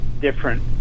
different